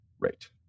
rate